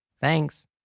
Thanks